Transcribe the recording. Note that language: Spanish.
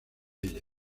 ellas